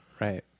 Right